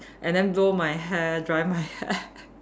and then blow my hair dry my hair